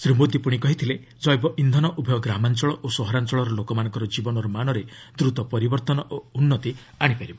ଶ୍ରୀ ମୋଦି ପୁଣି କହିଥିଲେ ଜୈବ ଇନ୍ଧନ ଉଭୟ ଗ୍ରାମାଞ୍ଚଳ ଓ ସହରାଞ୍ଚଳର ଲୋକମାନଙ୍କ ଜୀବନର ମାନରେ ଦ୍ରତ ପରିବର୍ତ୍ତନ ଓ ଉନ୍ନତି ଆଣିବ